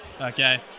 Okay